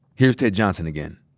here's ted johnson again.